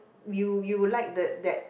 you you like the that